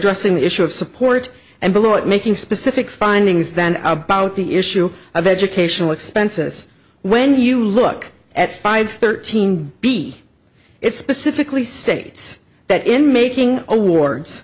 addressing the issue of support and below it making specific findings than i about the issue of educational expenses when you look at five thirteen be it specifically states that in making awards